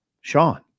Sean